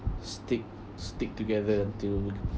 stick stick together until